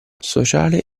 sociale